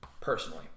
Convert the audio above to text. personally